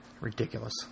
Ridiculous